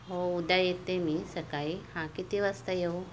हो उद्या येते मी सकाळी हां किती वाजता येऊ